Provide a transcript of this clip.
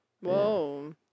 Whoa